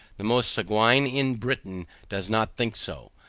the most sanguine in britain does not think so.